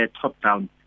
top-down